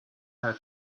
her